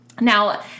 Now